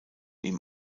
ihm